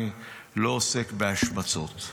אני לא עוסק בהשמצות.